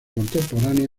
contemporánea